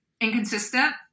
inconsistent